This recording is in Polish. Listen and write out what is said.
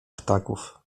ptaków